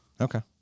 Okay